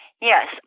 Yes